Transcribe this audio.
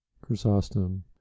chrysostom